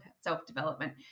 self-development